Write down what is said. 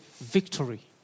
victory